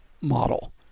model